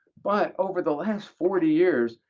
but over the last forty years,